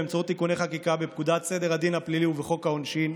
באמצעות תיקוני חקיקה בפקודת סדר הדין הפלילי ובחוק העונשין,